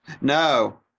No